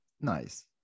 nice